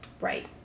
Right